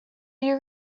you